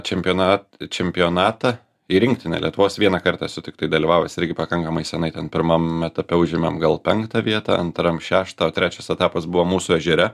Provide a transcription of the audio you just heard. čempionat čempionatą į rinktinę lietuvos vieną kartą esu tiktai dalyvavęs irgi pakankamai senai ten pirmam etape užimėm gal penktą vietą antram šeštą o trečias etapas buvo mūsų ežere